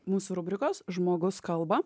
mūsų rubrikos žmogus kalba